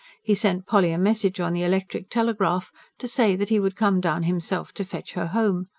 he sent polly a message on the electric telegraph to say that he would come down himself to fetch her home.